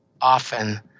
often